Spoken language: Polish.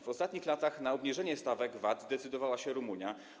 W ostatnich latach na obniżenie stawek VAT zdecydowała się Rumunia.